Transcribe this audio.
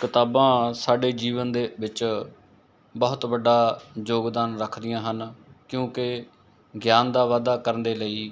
ਕਿਤਾਬਾਂ ਸਾਡੇ ਜੀਵਨ ਦੇ ਵਿੱਚ ਬਹੁਤ ਵੱਡਾ ਯੋਗਦਾਨ ਰੱਖਦੀਆਂ ਹਨ ਕਿਉਂਕਿ ਗਿਆਨ ਦਾ ਵਾਧਾ ਕਰਨ ਦੇ ਲਈ